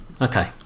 Okay